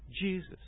Jesus